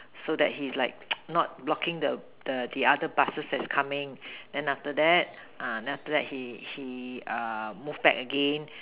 so that he's like not blocking the the the other buses that is coming then after that then after that he he move back again